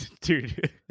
Dude